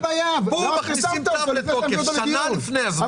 פה מכניסים צו לתוקף שנה לפני הזמן,